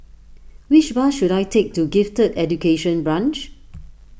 which bus should I take to Gifted Education Branch